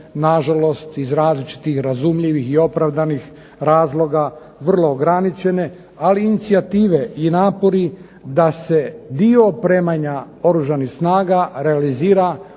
na žalost iz različitih razumljivih i opravdanih razloga vrlo ograničene ali inicijative i napori da se dio opremanja Oružanih snaga realizira u